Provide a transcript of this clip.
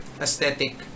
aesthetic